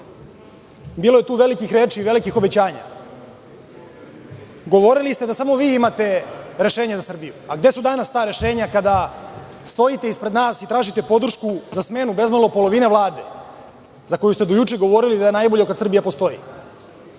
Bilo je tu velikih reči i velikih obećanja. Govorili ste da samo vi imate rešenje za Srbiju, a gde su danas ta rešenja kada stojite ispred nas i tražite podršku za smenu, bezmalo polovine Vlade, za koju ste juče govorili da je najbolja za Srbiju. Čija